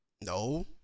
No